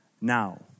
Now